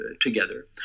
together